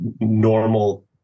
normal